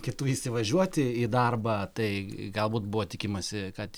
kitų įsivažiuoti į darbą tai galbūt buvo tikimasi kad